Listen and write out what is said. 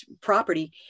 property